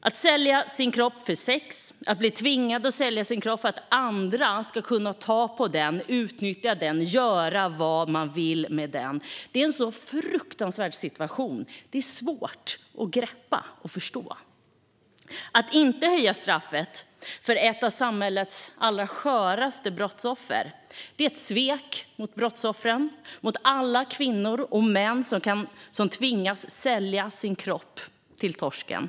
Att sälja sin kropp för sex, att bli tvingad att sälja sin kropp för att andra ska kunna ta på den, utnyttja den och göra vad de vill med den är en så fruktansvärd situation att det är svårt att greppa och förstå. Att inte höja straffet för brott mot ett av samhällets allra sköraste brottsoffer är ett svek mot brottsoffren, mot alla kvinnor och män som tvingas sälja sin kropp till torsken.